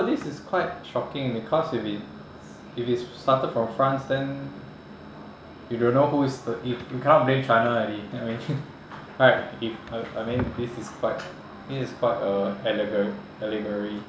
this is quite shocking because if it if it started from france then you don't know who's you you cannot blame china already you know what I mean right if I I mean this is quite this is quite a categor~ category